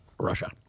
Russia